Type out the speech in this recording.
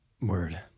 word